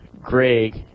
Greg